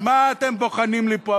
אז מה אתם בוחנים לי פה?